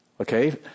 Okay